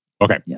Okay